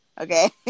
Okay